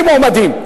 120 מועמדים.